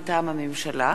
מטעם הממשלה,